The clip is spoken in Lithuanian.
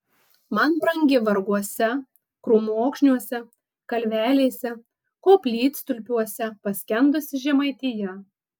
man brangi varguose krūmokšniuose kalvelėse koplytstulpiuose paskendusi žemaitija